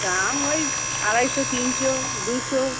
দাম ওই আড়াইশো তিনশো দুশো